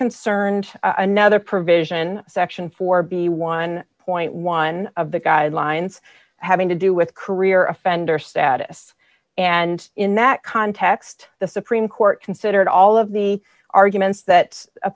concerned another provision section four b one point one of the guidelines having to do with career offender status and in that context the supreme court considered all of the arguments that